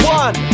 one